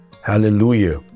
Hallelujah